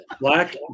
Black